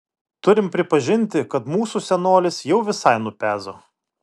turim pripažinti kad mūsų senolis jau visai nupezo